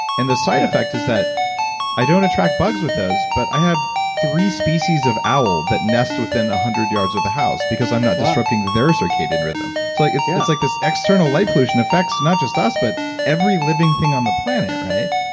and the side effect is that i don't attract bugs with those, but i have three species of owl that nests within a hundred yards of the house because i'm not disrupting their circadian rhythm. so like it's yeah it's like this external light pollution affects not just us, but every living thing on the planet, right?